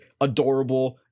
adorable